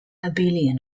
abelian